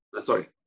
Sorry